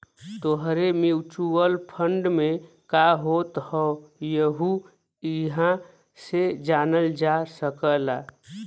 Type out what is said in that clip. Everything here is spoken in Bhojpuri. तोहरे म्युचुअल फंड में का होत हौ यहु इहां से जानल जा सकला